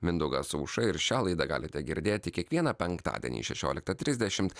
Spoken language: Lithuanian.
mindaugas aušra ir šią laidą galite girdėti kiekvieną penktadienį šešioliktą trisdešimt